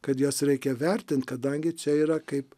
kad jas reikia vertint kadangi čia yra kaip